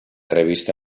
revista